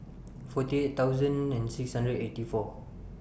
forty eight thousand and six hundred eight four